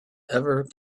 ever